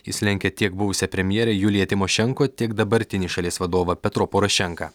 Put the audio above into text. jis lenkia tiek buvusią premjerę juliją tymošenko tiek dabartinį šalies vadovą petro porošenką